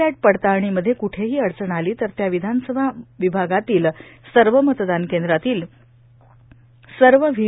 पॅट पडताळणीमध्ये कुठेही अडचण आली तर त्या विधानसभा विभागातील सर्व मतदान केंद्रातील सर्व व्ही